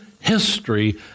history